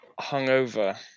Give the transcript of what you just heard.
hungover